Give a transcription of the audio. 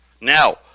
Now